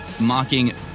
mocking